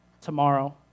tomorrow